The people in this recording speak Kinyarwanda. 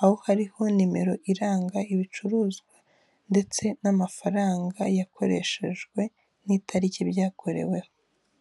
aho hariho nimero iranga ibicuruzwa ndetse n'amafaranga yakoreshejwe n'itariki byakoreweho.